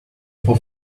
for